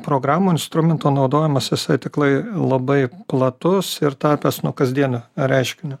programų instrumentų naudojimas jisai tiklai labai platus ir tapęs kasdieniu reiškiniu